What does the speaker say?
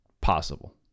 possible